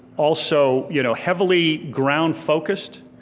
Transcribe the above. also you know heavily ground focused.